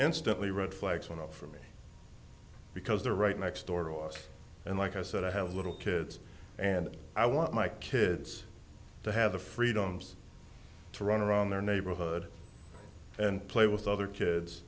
instantly red flags went up for me because they're right next door to us and like i said i have little kids and i want my kids to have the freedoms to run around their neighborhood and play with other kids